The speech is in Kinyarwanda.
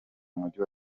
mujyi